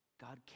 God